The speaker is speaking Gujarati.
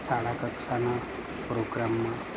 શાળા કક્ષાનાં પ્રોગ્રામમાં